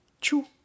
Chu